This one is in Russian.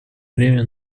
время